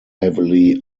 heavily